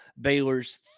Baylor's